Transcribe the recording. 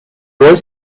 wants